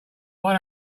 why